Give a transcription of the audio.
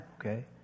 Okay